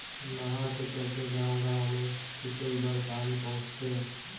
नहर के चलते गाँव गाँव मे सिंचई बर पानी पहुंचथे